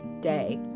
day